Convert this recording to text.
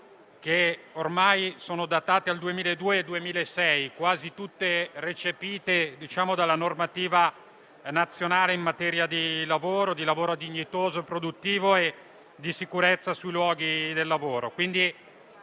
che ormai sono datati al 2002 e al 2006, quasi tutti recepiti dalla normativa nazionale in materia di lavoro dignitoso e produttivo e di sicurezza sui luoghi del lavoro.